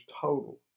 total